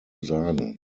sagen